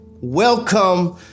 Welcome